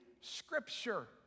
Scripture